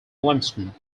limestone